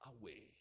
away